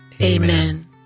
Amen